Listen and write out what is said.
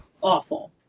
awful